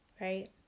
right